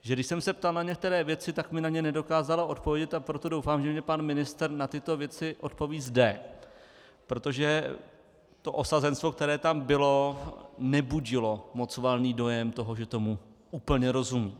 Když jsem se ptal na některé věci, tak mi na ně nedokázala odpovědět, a proto doufám, že mi pan ministr na tyto věci odpoví zde, protože to osazenstvo, které tam bylo, nebudilo moc valný dojem toho, že tomu úplně rozumí.